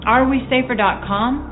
Arewesafer.com